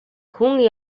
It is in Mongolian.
хүн